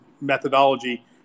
methodology